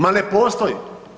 Ma ne postoji.